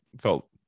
felt